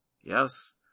Yes